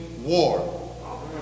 war